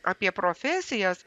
apie profesijas